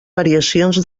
variacions